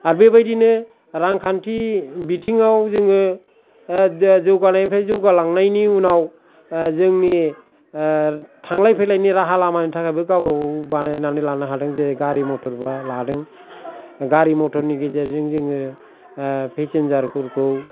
आर बेबादिनो रांखान्थि बिथिङाव जोङो जौगानायनिफ्राय जौगालांनायनि उनाव जोंनि थांलाय फैलायनि राहा लामानि थाखायबो गाव गावबागाव बानायनानै लानो हादों जे गारि मटर बा लादों गारि मटरनि गेजेरजों जोङो फेचेनजारफोरखौ